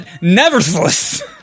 nevertheless